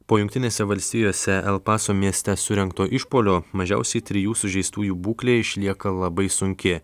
po jungtinėse valstijose el paso mieste surengto išpuolio mažiausiai trijų sužeistųjų būklė išlieka labai sunki